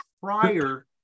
prior